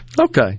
Okay